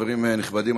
חברים נכבדים,